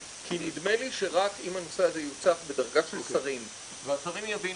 כי נדמה לי שרק אם הנושא הזה יוצף בדרגה של שרים ואחרים יבינו